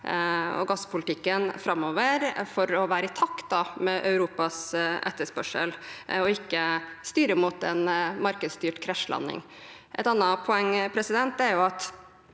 og gasspolitikken framover for å være i takt med Europas etterspørsel, og ikke styre mot en markedsstyrt krasjlanding. Et annet poeng er at en del av